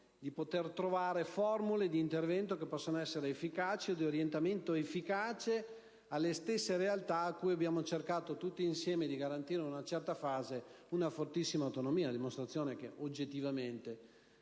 per poter trovare formule di intervento che possano essere efficaci, di orientamento efficace alle stesse realtà cui abbiamo cercato tutti insieme di garantire, in una certa fase, una fortissima autonomia, a dimostrazione del fatto che, oggettivamente,